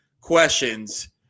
questions